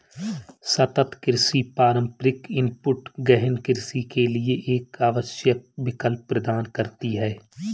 सतत कृषि पारंपरिक इनपुट गहन कृषि के लिए एक आवश्यक विकल्प प्रदान करती है